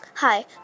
Hi